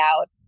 out